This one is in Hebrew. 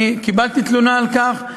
קיבלתי תלונה על כך,